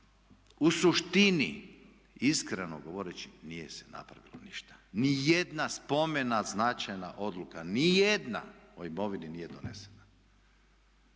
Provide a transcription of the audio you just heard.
U suštini iskreno govoreći nije se napravilo ništa, ni jedna spomena značajna odluka, ni jedna o imovini nije donesena.